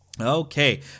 Okay